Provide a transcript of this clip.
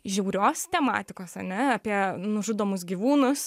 žiaurios tematikos ane apie nužudomus gyvūnus